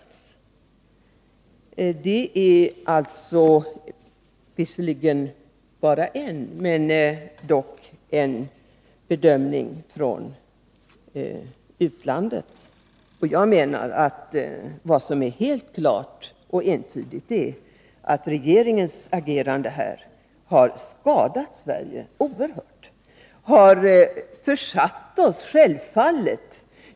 rande i det inter Detta är visserligen bara vad en utländsk bedömare anfört, men jag menar nationella nedrust att det är klart och entydigt att regeringens agerande har skadat Sverige ningsarbetet oerhört.